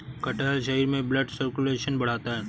कटहल शरीर में ब्लड सर्कुलेशन बढ़ाता है